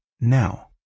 now